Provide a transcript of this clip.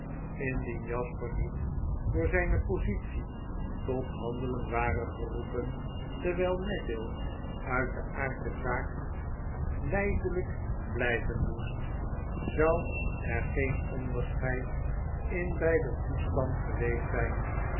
jasper niet door zpe positie tot handelen ware geroepen terwgl neville uit den aard der zaak ipelyk blflven moest zou er geen onderscheid in beider toestand geweest zjjn